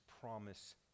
promise